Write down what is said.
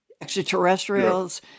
extraterrestrials